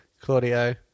Claudio